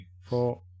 four